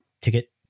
ticket